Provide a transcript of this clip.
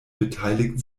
beteiligt